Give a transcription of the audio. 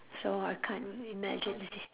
so I can't imagine you see